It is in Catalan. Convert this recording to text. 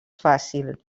fàcil